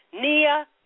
Nia